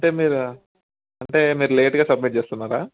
అంటే మీరు అంటే మీరు లేటుగా సబ్మిట్ చేస్తున్నారా